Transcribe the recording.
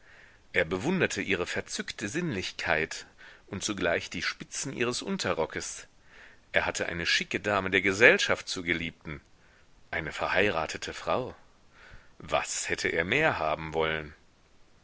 er bewunderte ihre verzückte sinnlichkeit und zugleich die spitzen ihres unterrockes er hatte eine schicke dame der gesellschaft zur geliebten eine verheiratete frau was hätte er mehr haben wollen